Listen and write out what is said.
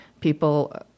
people